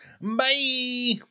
Bye